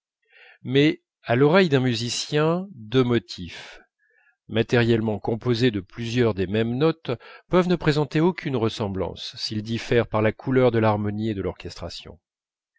mais à l'oreille d'un musicien deux motifs matériellement composés de plusieurs des mêmes notes peuvent ne présenter aucune ressemblance s'ils diffèrent par la couleur de l'harmonie et de l'orchestration